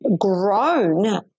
grown